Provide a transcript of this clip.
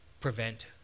prevent